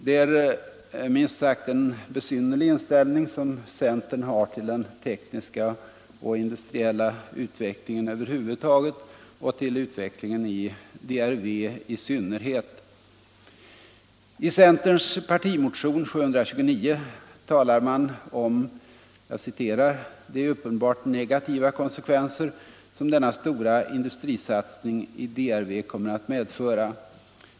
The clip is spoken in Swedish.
Det är en minst sagt besynnerlig inställning som centern har till den tekniska och industriella utvecklingen över huvud taget och till utvecklingen i DRV i synnerhet. I centerns partimotion 729 talar man om ”de uppenbart negativa konsekvenser som denna stora industrisatsning i DRV kommer att medföra”.